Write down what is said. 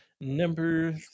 number